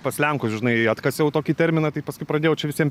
pas lenkus žinai atkasiau tokį terminą tai paskui pradėjau čia visiem